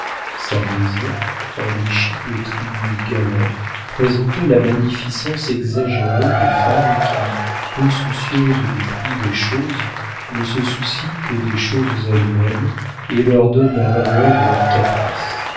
sa maison enrichie de tributs galants présentait la magnificence exagérée des femmes qui peu soucieuses du prix des choses ne se soucient que des choses elles-mêmes et leur donnent la valeur de leurs caprices